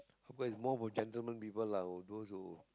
whereas more for gentlemen people lah those who